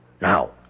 Now